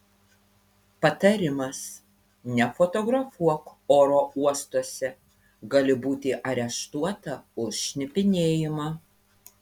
patarimas nefotografuok oro uostuose gali būti areštuota už šnipinėjimą